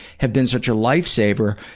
have been such a lifesaver,